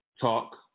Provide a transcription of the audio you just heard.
talk